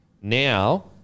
Now